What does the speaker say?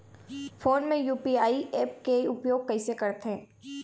Phone मे UPI app के उपयोग कइसे करथे?